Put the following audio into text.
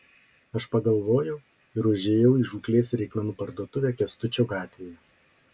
aš pagalvojau ir užėjau į žūklės reikmenų parduotuvę kęstučio gatvėje